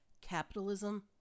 Capitalism